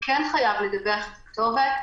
הוא חייב לדווח כתובת.